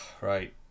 right